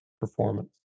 performance